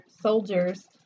soldiers